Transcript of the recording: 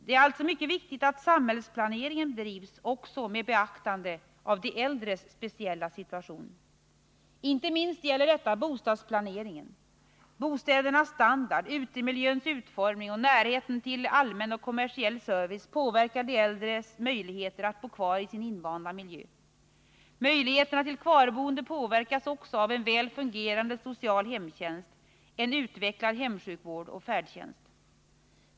Det är alltså mycket viktigt att samhällsplaneringen bedrivs också med beaktande av de äldres speciella situation. Inte minst gäller detta bostadsplaneringen. Bostädernas standard, utemiljöns utformning och närheten till allmän och kommersiell service påverkar de äldres möjligheter att bo kvar i sin invanda miljö. Möjligheterna till kvarboende påverkas också av en väl fungerande social hemtjänst, en utvecklad hemsjukvård och färdtjänst.